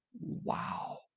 Wow